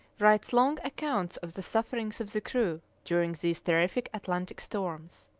writes long accounts of the sufferings of the crew during these terrific atlantic storms.